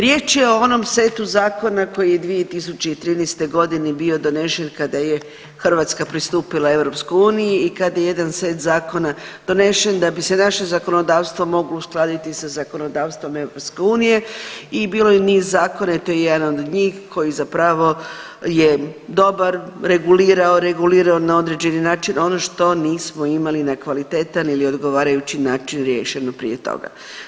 Riječ je o onom setu zakona koji je 2013. g. bio donešen kada je Hrvatska pristupila EU i kada je jedan set zakona donešen da bi se naše zakonodavstvo moglo uskladiti sa zakonodavstvom EU i bilo je niz Zakona i to je jedan od njih koji zapravo je dobar, regulirao, regulirao na određeni način ono što nismo imali na kvalitetan ili odgovarajući način riješeno prije toga.